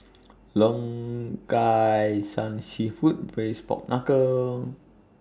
Long Kai San Seafood Braised Pork Knuckle